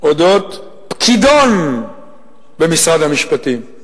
על "פקידון במשרד המשפטים".